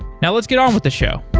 now, let's get on with the show.